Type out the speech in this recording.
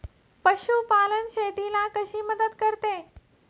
पशुपालन शेतीला कशी मदत करते?